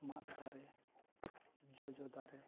ᱢᱟᱫ ᱫᱟᱨᱮ ᱡᱚᱡᱚ ᱫᱟᱨᱮ